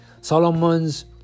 Solomon's